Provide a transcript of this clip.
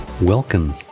Welcome